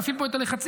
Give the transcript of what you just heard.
להפעיל פה את הלחצים,